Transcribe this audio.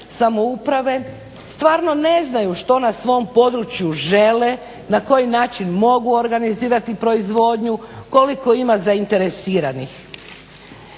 samouprave stvarno ne znaju što na svom području žele, na koji način mogu organizirati proizvodnju, koliko ima zainteresiranih.